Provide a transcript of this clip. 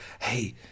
Hey